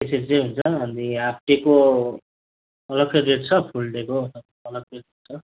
त्यसरी चाहिँ हुन्छ अनि हाफ डेको अलगै रेट छ फुल डेको अलगै रेट छ